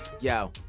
Yo